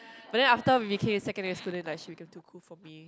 but then after we became secondary school then like she became too cool for me